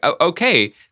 okay